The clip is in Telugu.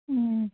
ఆ